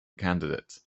candidates